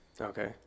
Okay